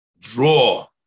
draw